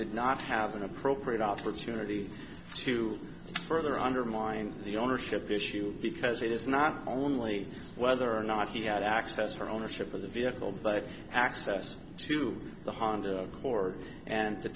did not have an appropriate opportunity to further undermine the ownership issue because it is not only whether or not he had access or ownership of the vehicle but access to the honda accord and the